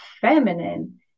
feminine